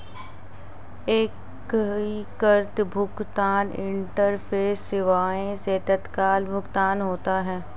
एकीकृत भुगतान इंटरफेस सेवाएं से तत्काल भुगतान होता है